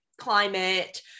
climate